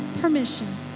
permission